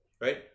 right